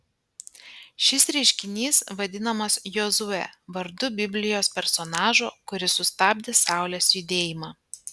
šis reiškinys vadinamas jozue vardu biblijos personažo kuris sustabdė saulės judėjimą